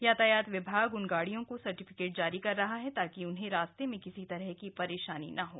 यातायात विभाग उन गाड़ियों को सर्टिफिकेट जारी कर रहा है ताकि उन्हें रास्ते में किसी तरह की परेशानी ना हो